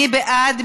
מי בעד?